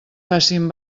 facin